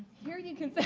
here you can